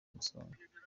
umusonga